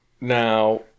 Now